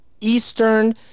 Eastern